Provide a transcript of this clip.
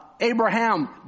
Abraham